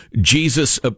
Jesus